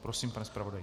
Prosím, pane zpravodaji.